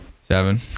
seven